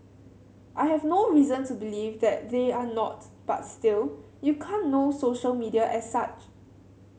I have no reason to believe that they are not but still you can't know social media as such